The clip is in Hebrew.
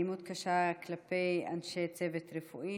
אלימות קשה כלפי אנשי צוות רפואי,